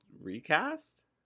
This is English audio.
Recast